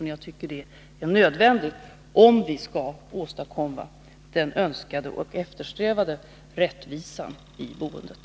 Men jag tycker att det är nödvändigt om vi skall åstadkomma den önskade och eftersträvade rättvisan i boendet.